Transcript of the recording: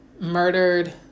murdered